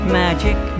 magic